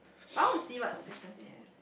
but I want to see what would question they have